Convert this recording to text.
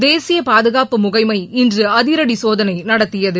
தேசிய பாதுகாப்பு முகமை இன்று அதிரடி சோதனை நடத்தியது